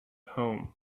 home